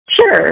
Sure